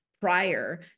prior